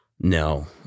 No